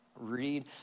Read